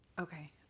Okay